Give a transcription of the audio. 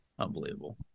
Unbelievable